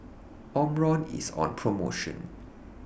Omron IS on promotion